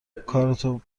کارتو